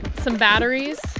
some batteries,